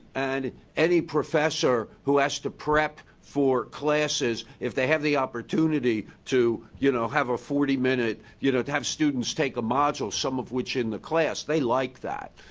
and any professor who has to prep for classes, if they have the opportunity to you know have a forty minute you know to have students take a module, some of which in the class, they like that.